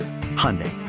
Hyundai